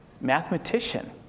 Mathematician